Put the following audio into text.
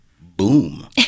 boom